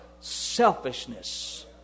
selfishness